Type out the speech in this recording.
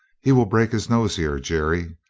he will break his nose here, jerry,